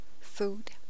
Food